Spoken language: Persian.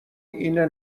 اینه